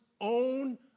own